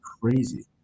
crazy